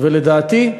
לדעתי,